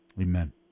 Amen